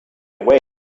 away